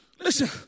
Listen